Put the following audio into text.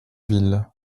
ville